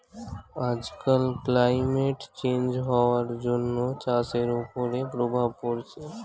আজকাল climate change হওয়ার জন্য চাষের ওপরে প্রভাব পড়ছে